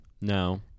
No